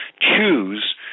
choose